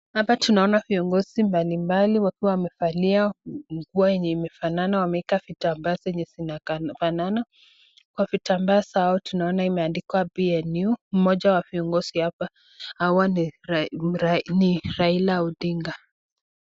Hapa tunaona viongozi mbalimbali wakiwa wamevalia nguo yenye imefanana, wameeka vitamba zenye zinafanana, kwa vitambaa zao tunaona imeandikwa PNU, mmoja wa viongozi hapa ni Raila Odinga.